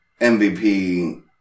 MVP